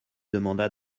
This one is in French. demanda